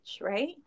right